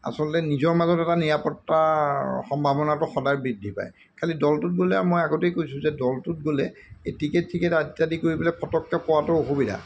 আচলতে নিজৰ মাজত এটা নিৰাপত্তাৰ সম্ভাৱনাটো সদায় বৃদ্ধি পায় খালি দলটোত গ'লে মই আগতেই কৈছোঁ যে দলটোত গ'লে এই টিকেট চিকেট ইত্যাদি কৰি পেলাই ফটককৈ পোৱাটো অসুবিধা